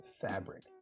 fabric